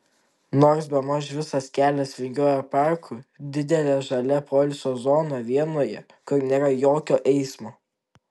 nors bemaž visas kelias vingiuoja parku didele žalia poilsio zona vienoje kur nėra jokio eismo